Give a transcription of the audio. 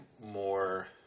more